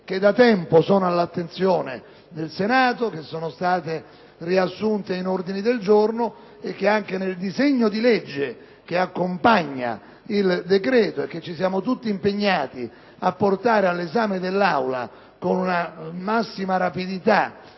che da tempo sono all'attenzione del Senato, che sono state riassunte in ordini del giorno e che sono contenute anche nel disegno di legge che accompagna il decreto, e che ci siamo tutti impegnati a portare all'esame dell'Aula con la massima rapidità,